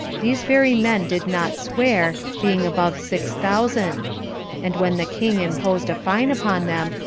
these very men did not swear, being above six thousand and when the king imposed a fine upon them,